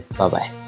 bye-bye